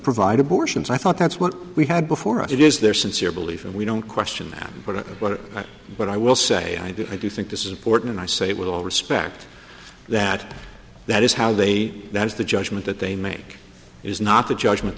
provide abortions i thought that's what we had before us it is their sincere belief and we don't question that but what but i will say i do i do think this is important and i say with all respect that that is how they that is the judgment that they make is not the judgment